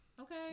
Okay